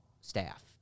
staff